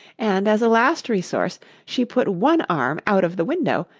and, as a last resource, she put one arm out of the window,